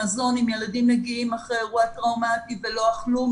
מזון אם ילדים מגיעים אחרי אירוע טראומטי ולא אכלו,